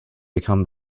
become